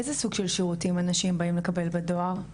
איזה סוג של שירותים אנשים באים לקבל בדואר?